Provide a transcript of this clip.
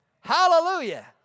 Hallelujah